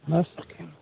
बस अखनि